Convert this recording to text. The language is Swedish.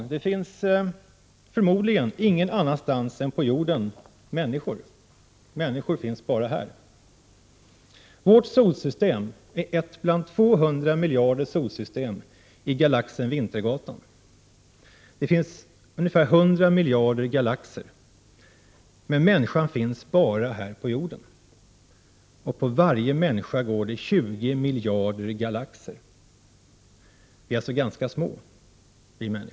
Människor finns — förmodligen — ingen annanstans än på jorden. Vårt solsystem är ett bland 200 miljarder solsystem i galaxen Vintergatan. Det finns hundra miljarder galaxer. Men människan finns bara på jorden. Och på varje människa går det 20 galaxer. Vi är alltså ganska små.